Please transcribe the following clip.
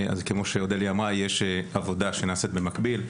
אז כמו שאודליה אמרה, יש עבודה שנעשית במקביל.